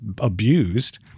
abused